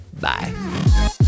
bye